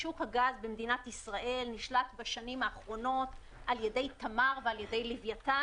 שוק הגז במדינת ישראל נשלט בשנים האחרונות על ידי תמר ולווייתן,